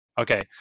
Okay